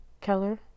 Keller